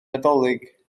nadolig